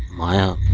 maya